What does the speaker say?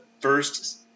first